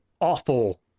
awful